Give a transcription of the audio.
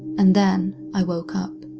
and then, i woke up.